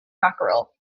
mackerel